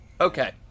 Okay